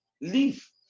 leave